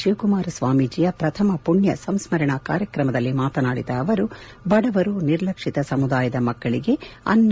ಶಿವಕುಮಾರ ಸ್ವಾಮೀಜಿಯ ಪ್ರಥಮ ಪುಣ್ಯ ಸಂಸ್ಕರಣಾ ಕಾರ್ಯಕ್ರಮದಲ್ಲಿ ಮಾತನಾಡಿದ ಅವರು ಬಡವರು ನಿರ್ಲಕ್ಷಿತ ಸಮುದಾಯದ ಮಕ್ಕಳಿಗೆ ಅನ್ನ